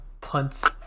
punts